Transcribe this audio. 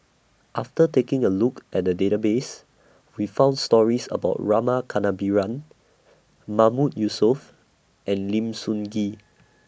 after taking A Look At The Database We found stories about Rama Kannabiran Mahmood Yusof and Lim Sun Gee